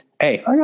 Hey